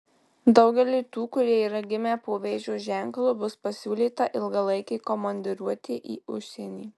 daugeliui tų kurie yra gimę po vėžio ženklu bus pasiūlyta ilgalaikė komandiruotė į užsienį